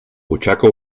butxaca